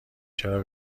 چرا